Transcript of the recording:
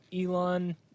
Elon